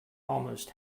almost